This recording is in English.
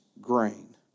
grain